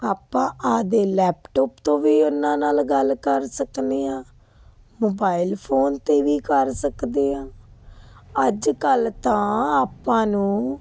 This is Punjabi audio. ਆਪਾਂ ਆਪਣੇ ਲੈਪਟੋਪ ਤੋਂ ਵੀ ਉਹਨਾਂ ਨਾਲ ਗੱਲ ਕਰ ਸਕਦੇ ਹਾਂ ਮੋਬਾਈਲ ਫੋਨ 'ਤੇ ਵੀ ਕਰ ਸਕਦੇ ਹਾਂ ਅੱਜ ਕੱਲ੍ਹ ਤਾਂ ਆਪਾਂ ਨੂੰ